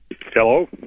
Hello